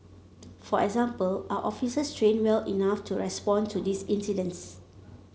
for example are officers trained well enough to respond to these incidents